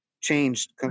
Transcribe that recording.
changed